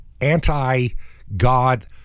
anti-God